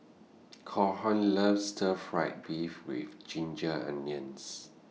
Calhoun loves Stir Fried Beef with Ginger Onions